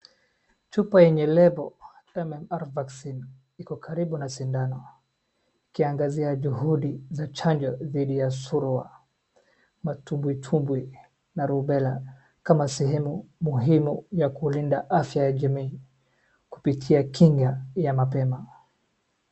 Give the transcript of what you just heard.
Chupa yenye lebo MMR Vaccine iko karibu na sindano ikiangazia juhudi za chanjo didhi ya surua, matumbwi tumbwi na rubella kama sehemu muhimu ya kulinda afya ya jamii kupitia kinga ya mapema.